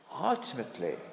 Ultimately